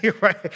right